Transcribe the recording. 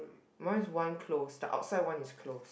mine is one close the outside one is close